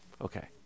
okay